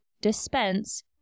dispense